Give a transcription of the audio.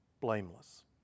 blameless